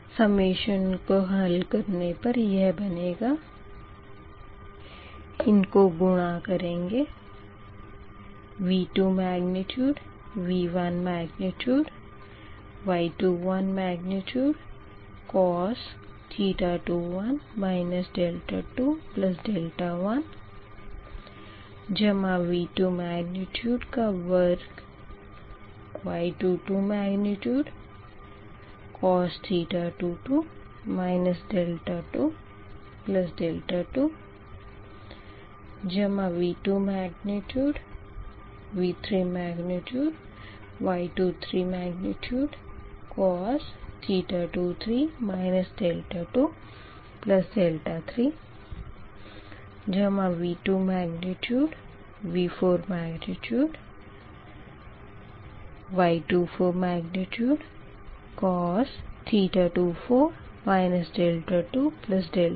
सम्मेशन को हल करने पर यह बनेगा इनको गुणा करेंगे V2 magnitude V1 magnitude Y21 cos 21 21 जमा V2 मेग्निट्यूड का वर्ग Y22 cos 22 22 जमा V2 magnitude V3 magnitude Y23 cos 23 23 जमा V2 magnitude V4 magnitude Y24 cos 24 24